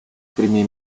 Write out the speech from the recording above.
primi